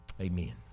amen